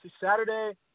Saturday